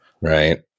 Right